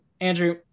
Andrew